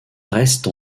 reste